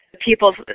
people